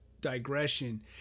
digression